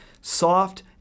soft